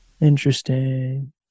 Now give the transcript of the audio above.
Interesting